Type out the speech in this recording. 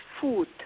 food